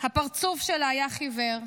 הפרצוף שלה היה חיוור,